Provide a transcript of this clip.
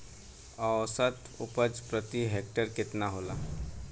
औसत उपज प्रति हेक्टेयर केतना होला?